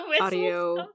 audio